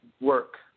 work